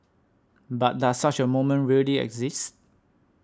but does such a moment really exist